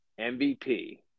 MVP